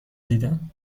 دیدم